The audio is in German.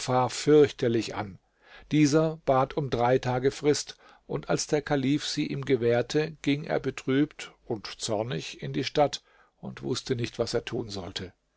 fürchterlich an dieser bat um drei tage frist und als der kalif sie ihm gewährte ging er betrübt und zornig in die stadt und wußte nicht was er tun sollte